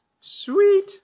Sweet